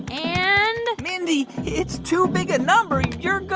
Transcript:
and. mindy, it's too big a number. you're